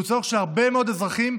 והוא צורך של הרבה מאוד אזרחים,